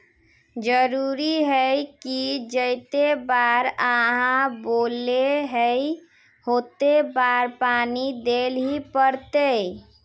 जरूरी है की जयते बार आहाँ बोले है होते बार पानी देल ही पड़ते?